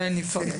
כן